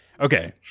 Okay